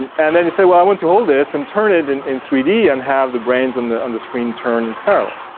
and and then he said, well, i want to hold this and turn it in in three d and have the brains on in the and screen turn in parallel.